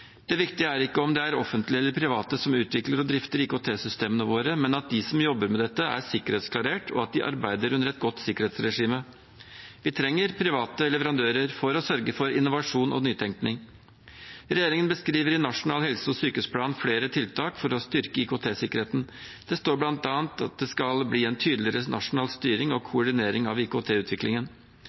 Det viktige er ikke om det er offentlige eller private som utvikler og drifter IKT-systemene våre, men at de som jobber med dette, er sikkerhetsklarert, og at de arbeider under et godt sikkerhetsregime. Vi trenger private leverandører for å sørge for innovasjon og nytenkning. Regjeringen beskriver i Nasjonal helse- og sykehusplan flere tiltak for å styrke IKT-sikkerheten. Det står bl.a. at det skal bli en tydeligere nasjonal styring og koordinering av